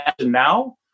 now